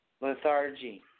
lethargy